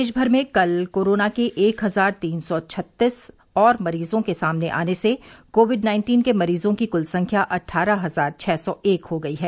देश भर में कल कोरोना के एक हजार तीन सौ छत्तीस और मरीजों के सामने आने से कोविड नाइन्टीन के मरीजों की कुल संख्या अट्ठारह हजार छः सौ एक हो गई है